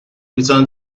return